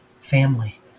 family